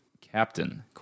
Captain